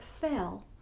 fell